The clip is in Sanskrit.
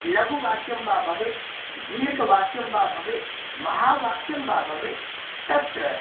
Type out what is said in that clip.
लघुवाक्यं वा भवेत् दीर्घवाक्यं वा भवेत् महावाक्यं वा भवेत् तत्र